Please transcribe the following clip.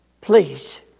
please